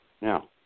Now